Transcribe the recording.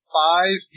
five